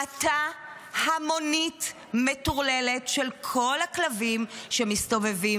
המתה המונית מטורללת של כל הכלבים שמסתובבים